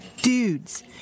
Dudes